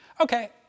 Okay